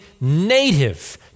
native